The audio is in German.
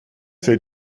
fällt